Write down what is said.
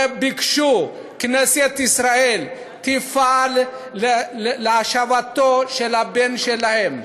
וביקשו שכנסת ישראל תפעל להשבת הבן שלהם.